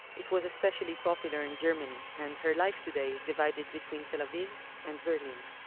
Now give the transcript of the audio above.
it was especially popular in germany, and her life today is divided between tel aviv and berlin.